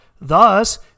Thus